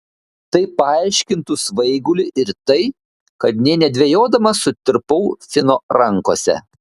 tai paaiškintų svaigulį ir tai kad nė nedvejodama sutirpau fino rankose